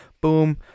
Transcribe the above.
boom